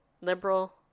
liberal